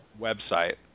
website